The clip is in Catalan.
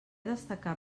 destacar